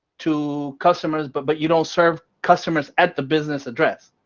to customers, but but you don't serve customers at the business address.